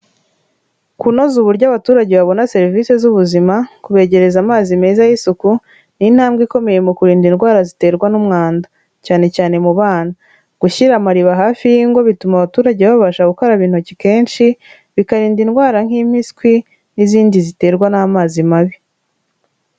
Kunoza uburyo abaturage babona serivise z'ubuzima, kubegereza amazi meza y'isuku, ni intambwe ikomeye mu kurinda indwara ziterwa n'umwanda. Cyane cyane mu bana. Gushyira amariba hafi y'ingo bituma abaturage babasha gukaraba intoki kenshi, bikarinda indwara nk'impiswi n'izindi ziterwa n'amazi mabi.